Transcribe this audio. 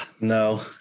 No